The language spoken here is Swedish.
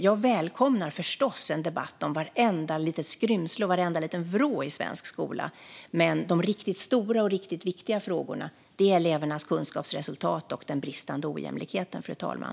Jag välkomnar förstås en debatt om vartenda skrymsle i svensk skola, men de riktigt stora och viktiga frågorna handlar om elevernas kunskapsresultat och den bristande jämlikheten.